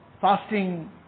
fasting